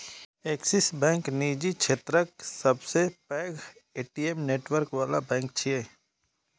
Axis bank निजी क्षेत्रक सबसं पैघ ए.टी.एम नेटवर्क बला बैंक छियै